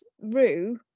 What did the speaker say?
Rue